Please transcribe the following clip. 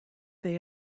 they